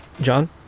John